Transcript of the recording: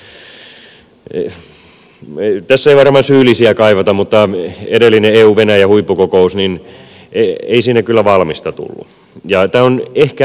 tässä ei varmaan syyllisiä kaivata mutta edellisessä euvenäjä huippukokouksessa ei kyllä valmista tullut